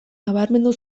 nabarmendu